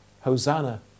Hosanna